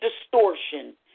distortion